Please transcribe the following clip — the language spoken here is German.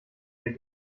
der